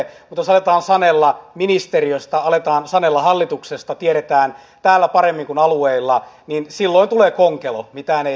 mutta jos aletaan sanella ministeriöstä aletaan sanella hallituksesta tiedetään täällä paremmin kuin alueilla niin silloin tulee konkelo mitään ei enää tapahdu